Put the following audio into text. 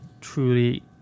truly